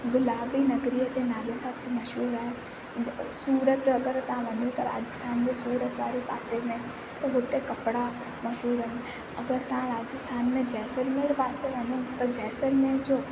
गुलाबी नगरीअ जे नाले सां सभु मशहूरु आहे सूरत अगरि तव्हां वञो था राजस्थान सूरत वारे पासे में त हुते कपिड़ा मशहूरु आहिनि अगरि तव्हां राजस्थान में जैसलमेर पासे वञो त जैसलमेर जो